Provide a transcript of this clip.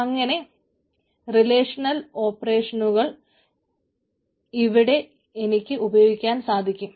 അങ്ങനെത്തെ റിലേഷനൽ ഓപ്പറേഷനുകൾ എനിക്ക് ഇവിടെ ഉപയോഗിക്കുവാൻ സാധിക്കും